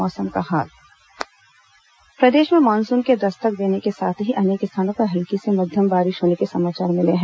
मौसम प्रदेश में मानसून के दस्तक देने के साथ ही अनेक स्थानों पर हल्की से मध्यम बारिश होने के समाचार मिले हैं